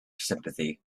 sympathy